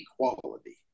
equality